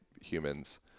humans